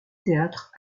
théâtre